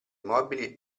mobili